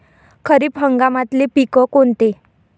खरीप हंगामातले पिकं कोनते?